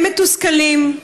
הם מתוסכלים,